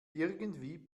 irgendwie